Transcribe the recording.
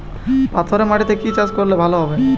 পাথরে মাটিতে কি চাষ করলে ভালো হবে?